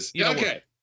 okay